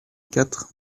quatre